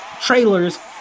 trailers